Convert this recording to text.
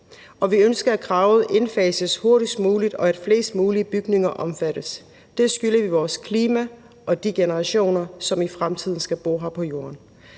og vi ønsker, at kravet indfases hurtigst muligt, og at flest mulige bygninger omfattes. Det skylder vi vores klima og de generationer, som i fremtiden skal bo her på jorden.